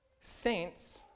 Saints